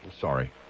Sorry